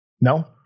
No